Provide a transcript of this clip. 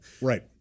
Right